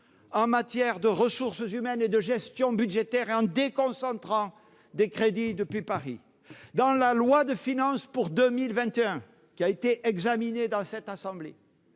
en matière de ressources humaines et de gestion budgétaire, tout en déconcentrant des crédits depuis Paris. Dans la loi de finances pour 2021, texte examiné dans cette assemblée,